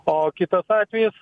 o kitas atvejis